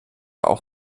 auch